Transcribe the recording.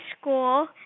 school